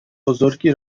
بزرگی